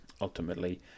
ultimately